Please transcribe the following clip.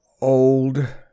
Old